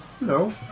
No